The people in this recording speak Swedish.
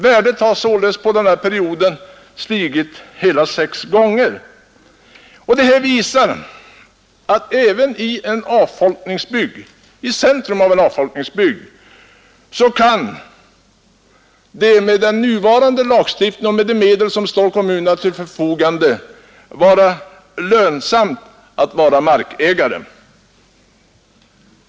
Värdet har således stigit hela sex gånger. Detta visar att även i centrum av en avfolkningsbygd kan det med den nuvarande lagstiftningen och med de medel som står till kommunernas förfogande vara lönsamt att vara markägare.